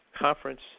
Conference